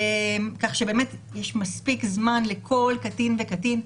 כך שבאמת יש מספיק זמן לכל קטין וקטין.